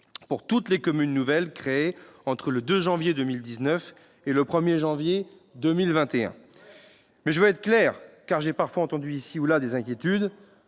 pour toutes les communes nouvelles créées entre le 2 janvier 2019 et le 1 janvier 2021. C'est Noël ! Mais je veux être clair, car j'ai parfois entendu s'exprimer ici ou là des inquiétudes